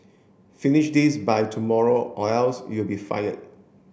finish this by tomorrow or else you'll be fired